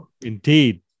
indeed